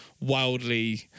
wildly